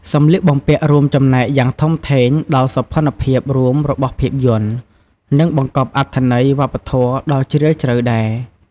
សម្លៀកបំពាក់រួមចំណែកយ៉ាងធំធេងដល់សោភ័ណភាពរួមរបស់ភាពយន្ត និងបង្កប់អត្ថន័យវប្បធម៌ដ៏ជ្រាលជ្រៅដែរ ។